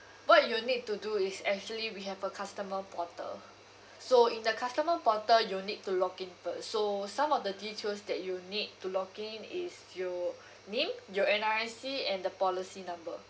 what you'll need to do is actually we have a customer portal so in the customer portal you'll need to log in first so some of the details that you'll need to log in is your name your N_R_I_C and the policy number